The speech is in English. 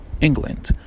England